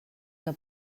que